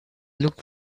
looked